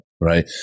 right